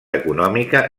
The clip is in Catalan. econòmica